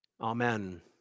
Amen